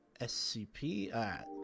SCP